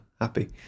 happy